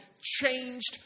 changed